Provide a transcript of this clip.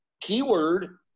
keyword